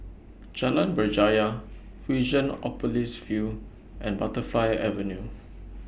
Jalan Berjaya Fusionopolis View and Butterfly Avenue